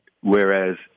Whereas